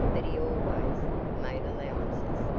but he always made allowances,